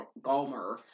Gallmer